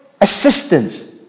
assistance